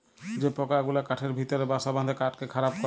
যে পকা গুলা কাঠের ভিতরে বাসা বাঁধে কাঠকে খারাপ ক্যরে